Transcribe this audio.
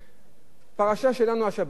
הפרשה שלנו השבת היא פרשת קורח.